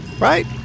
Right